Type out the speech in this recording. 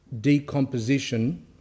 decomposition